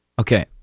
Okay